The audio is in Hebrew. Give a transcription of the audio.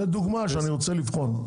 זו דוגמה שאני רוצה לבחון.